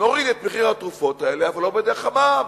נוריד את מחיר התרופות האלה, אבל לא דרך המע"מ.